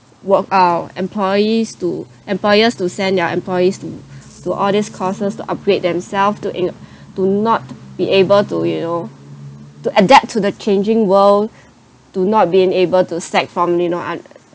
wh~ uh employees to employers to send their employees to to all these courses to upgrade themselves to you know to not be able to you know to adapt to the changing world to not be enable to sacked from you know